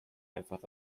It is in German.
einfach